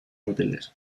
útiles